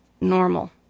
normal